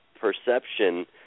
perception